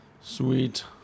Sweet